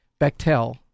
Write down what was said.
Bechtel